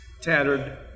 tattered